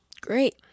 Great